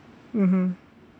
mmhmm